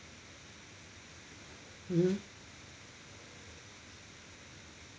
mmhmm